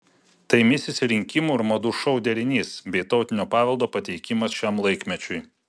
tai misis rinkimų ir madų šou derinys bei tautinio paveldo pateikimas šiam laikmečiui